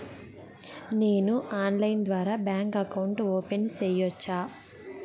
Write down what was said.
నేను ఆన్లైన్ ద్వారా bank account open సేయొచ్చా?